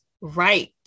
right